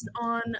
on